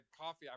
coffee